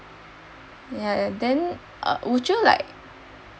ya ya then uh would you like